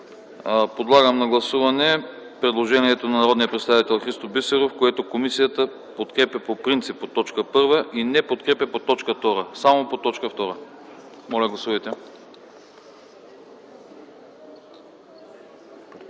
Подлагам на гласуване предложението на народния представител Христо Бисеров, което комисията подкрепя по принцип по т. 1 и не подкрепя по т. 2. Гласувайте